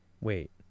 wait